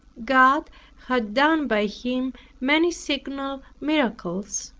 god had done by him many signal miracles.